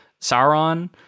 Sauron